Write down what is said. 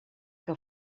que